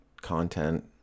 Content